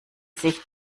sich